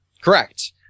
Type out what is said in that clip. Correct